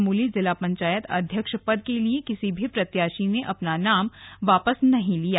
चमोली जिला पंचायत अध्यक्ष के पद के लिए किसी भी प्रत्याशी ने अपना नामांकन वापस नहीं लिया